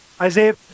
Isaiah